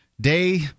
day